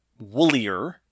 woolier